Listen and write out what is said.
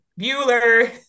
Bueller